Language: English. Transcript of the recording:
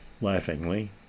laughingly